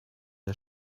der